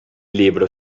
libro